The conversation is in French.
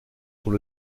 qu’on